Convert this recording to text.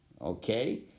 Okay